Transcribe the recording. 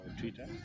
Twitter